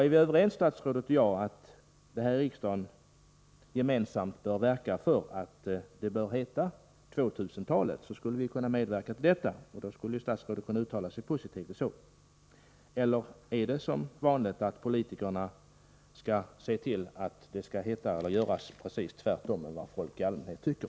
Är vi överens statsrådet och jag, tycker jag att han skall uttala sig för att vi häri riksdagen bör verka för att använda ordet tvåtusentalet. Eller är det som vanligt så att politikerna skall se till att det skall göras precis tvärtemot vad folk i allmänhet tycker?